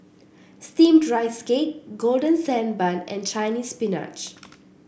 steamed Rice Cake Golden Sand Bun and Chinese Spinach